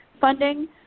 funding